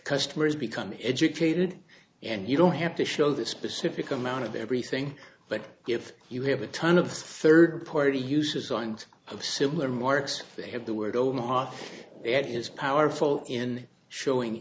customers become educated and you don't have to show the specific amount of everything but if you have a ton of third party uses and of similar marks they have the word open heart it is powerful in showing